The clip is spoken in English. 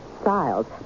styles